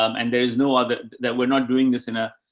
um and there is no other that we're not doing this in a,